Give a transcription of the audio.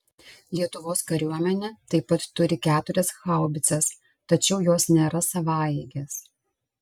lietuvos kariuomenė taip pat turi keturias haubicas tačiau jos nėra savaeigės